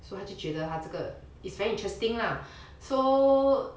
so 他就觉得他这个 it's very interesting lah so